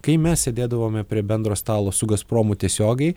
kai mes sėdėdavome prie bendro stalo su gazpromu tiesiogiai